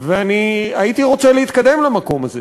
והייתי רוצה להתקדם למקום הזה.